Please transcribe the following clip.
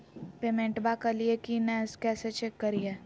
पेमेंटबा कलिए की नय, कैसे चेक करिए?